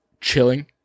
chilling